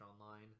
Online